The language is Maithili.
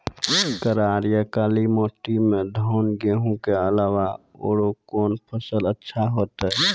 करार या काली माटी म धान, गेहूँ के अलावा औरो कोन फसल अचछा होतै?